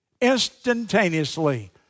instantaneously